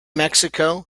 mexico